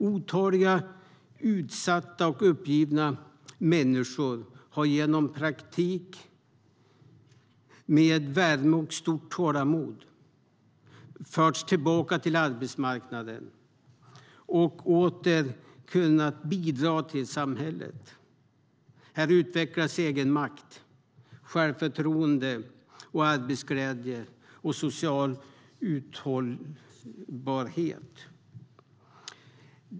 Otaliga utsatta och uppgivna människor har genom praktik och med värme och stort tålamod förts tillbaka till arbetsmarknaden och åter bidragit till samhället. Här utvecklas egenmakt, självförtroende, arbetsglädje och social uthållighet.